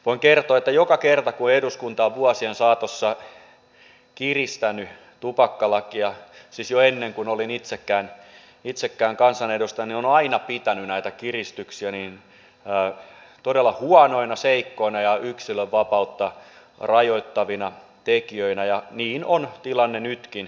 voin kertoa että joka kerta kun eduskunta on vuosien saatossa kiristänyt tupakkalakia siis jo ennen kuin olin itsekään kansanedustajana olen aina pitänyt näitä kiristyksiä todella huonoina seikkoina ja yksilön vapautta rajoittavina tekijöinä ja niin on tilanne nytkin